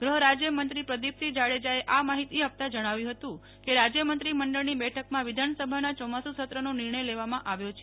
ગૃહરાજ્યમંત્રી શ્રી પ્રદીપસિંહ જાડેજાએ આ માહિતી આપતાજણાવ્યું હતું કેરાજ્ય મંત્રી મંડળની બેઠકમાં વિધાન સભાના ચોમાસું સત્રનો નિર્ણયલેવામાં આવ્યો છે